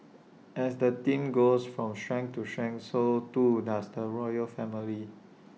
as the team goes from strength to strength so too does the royal family